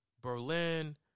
Berlin